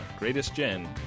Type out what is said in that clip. greatestgen